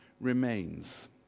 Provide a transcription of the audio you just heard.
remains